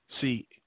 See